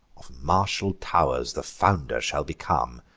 of martial tow'rs the founder shall become,